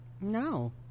no